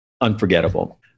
unforgettable